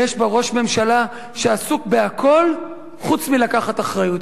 ויש בה ראש ממשלה שעסוק בהכול חוץ מבלקחת אחריות.